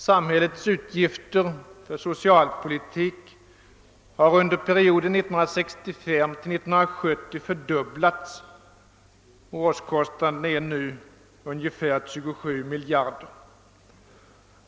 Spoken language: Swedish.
Samhällets utgifter för socialpolitik har under perioden 1965—1970 fördubblats, och årskostnaderna är nu ungefär 27 miljarder kronor.